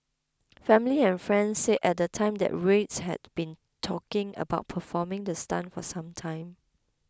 family and friends said at the time that Ruiz had been talking about performing the stunt for some time